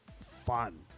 fun